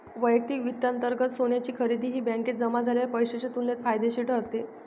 वैयक्तिक वित्तांतर्गत सोन्याची खरेदी ही बँकेत जमा झालेल्या पैशाच्या तुलनेत फायदेशीर ठरते